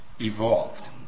evolved